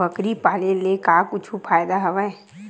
बकरी पाले ले का कुछु फ़ायदा हवय?